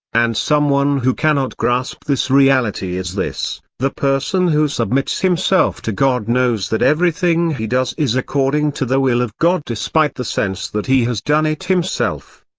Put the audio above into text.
and someone who cannot grasp this reality is this the person who submits himself to god knows that everything he does is according to the will of god despite the sense that he has done it himself.